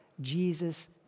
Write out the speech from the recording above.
Jesus